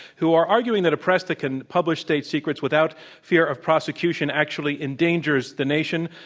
who are arguing that a press that can publish state secrets without fear of prosecution actually endangers the nation.